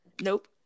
Nope